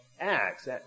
Acts